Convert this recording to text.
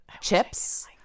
chips